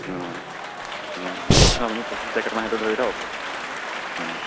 অঁ অঁ লিখকচোন আপুনি পঁচিছ পেকেটমান সেইটো ধৰি থওক অঁ